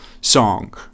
song